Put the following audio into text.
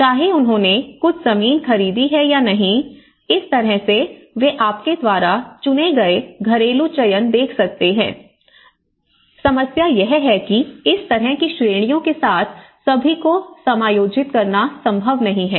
चाहे उन्होंने कुछ जमीन खरीदी है या नहीं इस तरह से वे आपके द्वारा चुने गए घरेलू चयन देख सकते हैं समस्या यह है कि इस तरह की श्रेणियों के साथ सभी को समायोजित करना संभव नहीं है